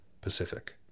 pacific